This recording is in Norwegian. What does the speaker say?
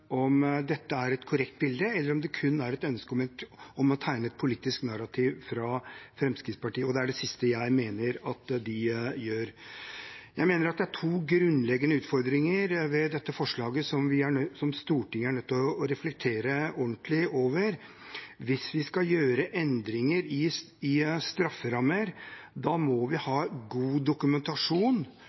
det kun er et ønske fra Fremskrittspartiet om å tegne et politisk narrativ. Det er det siste jeg mener at de gjør. Jeg mener at det er to grunnleggende utfordringer ved dette forslaget som Stortinget er nødt til å reflektere ordentlig over. Hvis vi skal gjøre endringer i strafferammer, må vi ha god dokumentasjon